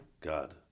God